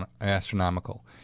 astronomical